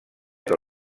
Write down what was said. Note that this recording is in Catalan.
que